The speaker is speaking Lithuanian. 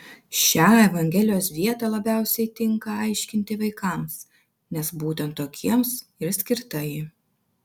šią evangelijos vietą labiausiai tinka aiškinti vaikams nes būtent tokiems ir skirta ji